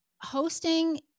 hosting